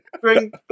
Bring